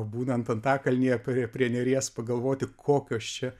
būnant antakalnyje prie prie neries pagalvoti kokios čia